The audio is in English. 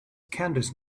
candice